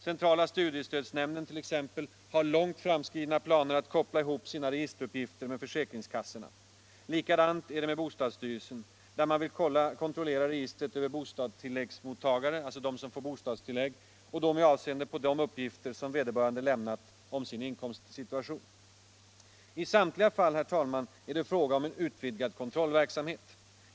Centrala studiestödsnämnden t.ex. har långt framskridna planer att koppla ihop sina registeruppgifter med försäkringskassan. Likadant är det med bostadsstyrelsen. Där vill man kontrollera registret över bostadstilläggsmottagare — alltså de som får bostadstillägg — med avseende på de uppgifter som vederbörande har lämnat om sin inkomstsituation. I samtliga fall är det fråga om en utvidgad kontrollverksamhet.